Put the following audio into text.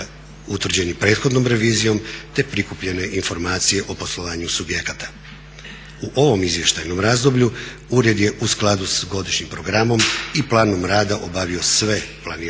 utvrđeni prethodnom revizijom te prikupljene informacije o poslovanju subjekata. U ovom izvještajnom razdoblju ured je u skladu s godišnjim programom i planom rada obavio sve planirane